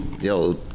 Yo